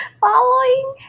following